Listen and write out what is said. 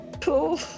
cool